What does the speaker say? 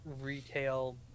retail